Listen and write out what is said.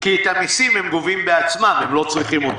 כי את המיסים הם גובים בעצמם, הם לא צריכים אותנו.